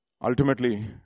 ultimately